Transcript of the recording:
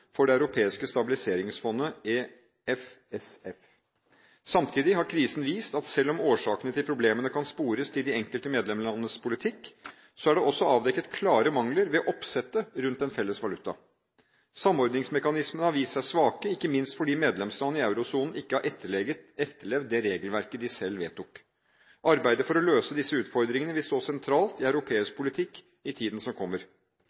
for det europeiske stabiliseringsfondet EFSF. Samtidig har krisen vist at selv om årsakene til problemene kan spores til de enkelte medlemslandenes politikk, er det også avdekket klare mangler ved oppsettet rundt den felles valutaen. Samordningsmekanismene har vist seg svake, ikke minst fordi medlemsland i eurosonen ikke har etterlevd det regelverket de selv vedtok. Arbeidet for å løse disse utfordringene vil stå sentralt i europeisk politikk i tiden som kommer.